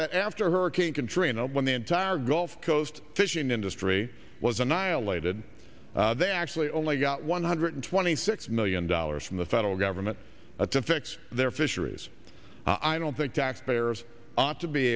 that after hurricane katrina when the entire gulf coast fishing industry was annihilated they actually only got one hundred twenty six million dollars from the federal government to fix their fisheries i don't think taxpayers ought to be